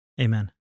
Amen